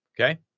okay